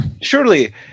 Surely